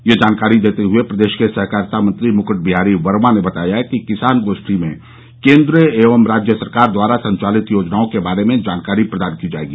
यह जानकारी देते हुए प्रदेश के सहकारिता मंत्री मुकूट बिहारी वर्मा ने बताया कि किसान गोष्ठी में केन्द्र एवं राज्य सरकार द्वारा संचालित योजनाओं के बारे में जानकारी प्रदान की जायेगी